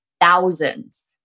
thousands